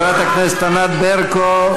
חברת הכנסת ענת ברקו.